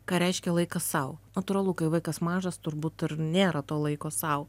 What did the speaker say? ką reiškia laikas sau natūralu kai vaikas mažas turbūt ir nėra to laiko sau